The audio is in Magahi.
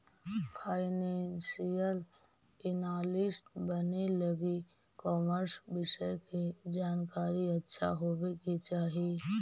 फाइनेंशियल एनालिस्ट बने लगी कॉमर्स विषय के जानकारी अच्छा होवे के चाही